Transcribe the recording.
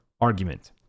argument